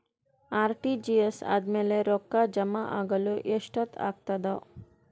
RTGS ಆದ್ಮೇಲೆ ರೊಕ್ಕ ಜಮಾ ಆಗಲು ಎಷ್ಟೊತ್ ಆಗತದ?